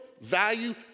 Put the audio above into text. value